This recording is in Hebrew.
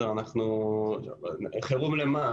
חירום למה?